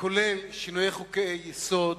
כולל שינוי חוקי-יסוד